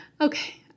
Okay